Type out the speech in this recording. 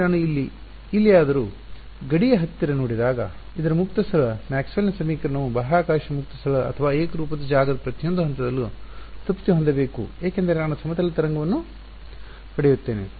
ಆದರೆ ನಾನು ಈಗ ಎಲ್ಲಿಯಾದರೂ ಗಡಿಯ ಹತ್ತಿರ ನೋಡಿದಾಗ ಇದರ ಮುಕ್ತ ಸ್ಥಳ ಮ್ಯಾಕ್ಸ್ವೆಲ್ನ ಸಮೀಕರಣವು ಬಾಹ್ಯಾಕಾಶ ಮುಕ್ತ ಸ್ಥಳ ಅಥವಾ ಏಕರೂಪದ ಜಾಗದ ಪ್ರತಿಯೊಂದು ಹಂತದಲ್ಲೂ ತೃಪ್ತಿ ಹೊಂದಬೇಕು ಏಕೆಂದರೆ ನಾನು ಸಮತಲ ತರಂಗವನ್ನು ಪಡೆಯುತ್ತೇನೆ